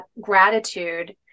gratitude